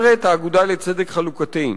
אומרת "האגודה לצדק חלוקתי":